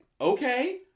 okay